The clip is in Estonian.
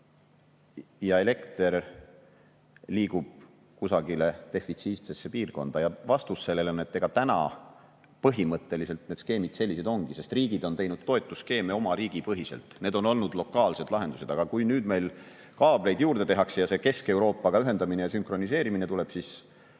aga elekter liigub kusagile defitsiitsesse piirkonda. Vastus sellele on, et põhimõtteliselt need skeemid sellised ongi, sest riigid on teinud toetusskeeme oma riigi põhiselt, need on olnud lokaalsed lahendused, aga kui nüüd meil kaableid juurde tehakse ja see Kesk-Euroopaga ühendamine ja sünkroniseerimine tuleb, siis